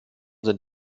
sind